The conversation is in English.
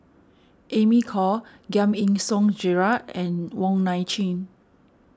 Amy Khor Giam Yean Song Gerald and Wong Nai Chin